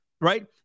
right